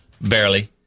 barely